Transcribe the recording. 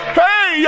hey